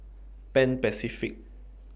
Pan Pacific